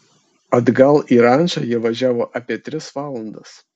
atgal į rančą jie važiavo apie tris valandas